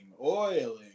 oiling